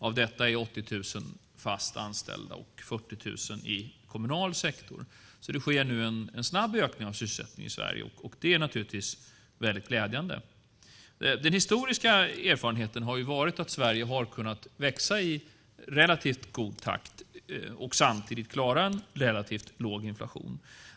Av dessa är 80 000 fast anställda, 40 000 i kommunal sektor. Det sker nu en snabb ökning av sysselsättningen i Sverige. Det är naturligtvis väldigt glädjande. Den historiska erfarenheten har ju varit att Sverige har kunnat växa i relativt god takt och samtidigt klara en relativt låg inflation.